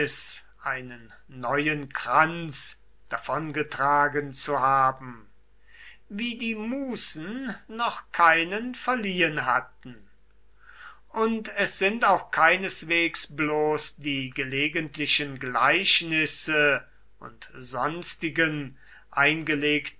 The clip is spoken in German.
einen neuen kranz davongetragen zu haben wie die musen noch keinen verliehen hatten und es sind auch keineswegs bloß die gelegentlichen gleichnisse und sonstigen eingelegten